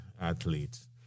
athletes